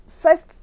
first